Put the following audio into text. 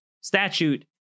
statute